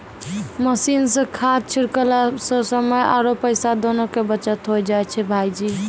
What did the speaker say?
machine सॅ खाद छिड़कला सॅ समय आरो पैसा दोनों के बचत होय जाय छै भायजी